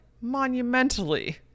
monumentally